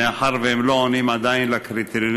מאחר שהם לא עונים עדיין על הקריטריונים,